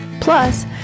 plus